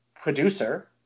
producer